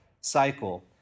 cycle